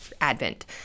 Advent